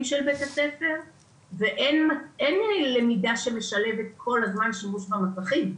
של בתי הספר ואין למידה שמשלבת כל הזמן שימוש במסכים.